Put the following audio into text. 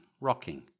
rocking